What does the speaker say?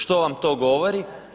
Što vam to govori?